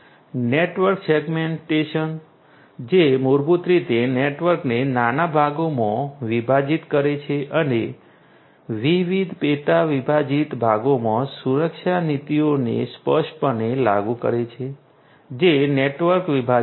network segmentation જે મૂળભૂત રીતે નેટવર્કને નાના ભાગોમાં વિભાજિત કરે છે અને તે વિવિધ પેટાવિભાજિત ભાગોમાં સુરક્ષા નીતિઓને સ્પષ્ટપણે લાગુ કરે છે જે નેટવર્ક વિભાજન છે